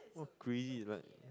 all crazy like